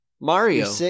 Mario